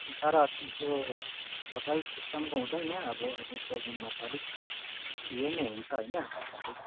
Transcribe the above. तर त्यो होटेल सिस्टमको हुँदैन अब ट्रेकिङमा त अलिक ऊ यो नै हुन्छ होइन अलिक